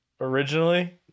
originally